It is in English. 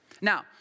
Now